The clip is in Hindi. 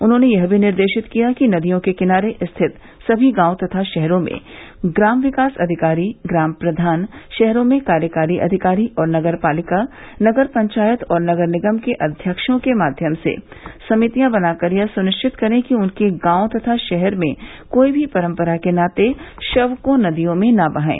उन्होंने यह भी निर्देशित किया कि नदियों के किनारे स्थित सभी गांव तथा शहरों में ग्राम विकास अधिकारी ग्राम प्रधान शहारों में कार्यकारी अधिकारी और नगर पालिका नगर पंचायत और नगर निगम के अध्यक्षों के माध्यम से समितियां बनाकर यह सुनिश्चित करें कि उनके गांव तथा शहर में कोई भी परम्परा के नाते शव को नदियों में न बहाये